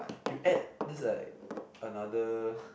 you add that's like another